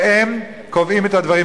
והם קובעים את הדברים.